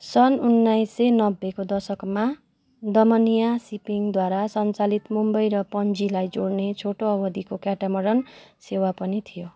सन् उन्नाइस सय नब्बेको दशकमा दमनिया सिपिङद्वारा सञ्चालित मुम्बई र पन्जीलाई जोड्ने छोटो अवधिको क्याटामरन सेवा पनि थियो